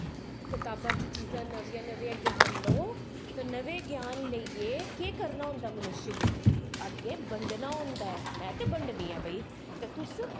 कताबां च चीजां नमियां नमिंयां ज्ञान लो ते नमें ज्ञान लेइयै केह् करना होंदा मनुष्य गी अग्गैं बंडनां होंदा ऐ में ते बंडनी आं भाई ते तुस